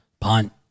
punt